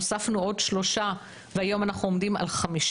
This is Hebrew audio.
הוספנו עוד שלושה והיום אנחנו עומדים על 15,